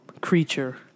creature